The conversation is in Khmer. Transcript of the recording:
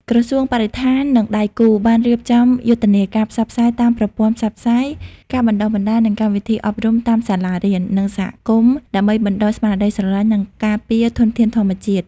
ក្រសួងបរិស្ថាន និងដៃគូ បានរៀបចំយុទ្ធនាការផ្សព្វផ្សាយតាមប្រព័ន្ធផ្សព្វផ្សាយ ការបណ្តុះបណ្តាល និងកម្មវិធីអប់រំតាមសាលារៀន និងសហគមន៍ ដើម្បីបណ្តុះស្មារតីស្រឡាញ់ និងការពារធនធានធម្មជាតិ។